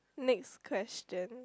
next question